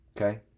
Okay